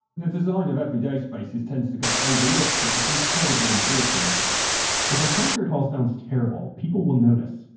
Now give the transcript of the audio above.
the design of everyday spaces tends to get overlooked, but it's incredibly important if a concert hall sounds terrible, people will notice.